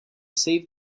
save